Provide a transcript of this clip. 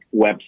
website